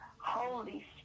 Holy